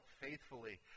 faithfully